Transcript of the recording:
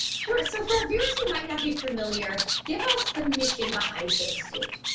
sure. so for our viewers who might not be familiar, give us the mission behind save a suit.